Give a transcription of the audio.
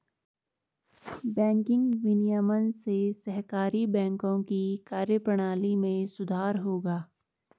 banking विनियमन से सहकारी बैंकों की कार्यप्रणाली में सुधार होगा